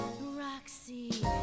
Roxy